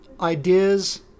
ideas